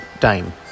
time